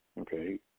okay